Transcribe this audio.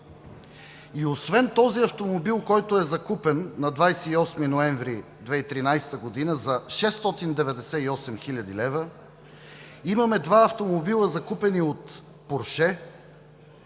Освен този автомобил, който е закупен на 28 ноември 2013 г. за 698 хил. лв., имаме два автомобила, закупени от „Порше“,